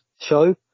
show